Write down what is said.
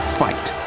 fight